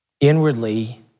Inwardly